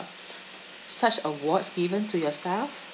such awards given to your staff